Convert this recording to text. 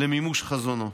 למימוש חזונו.